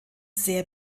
sehr